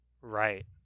Right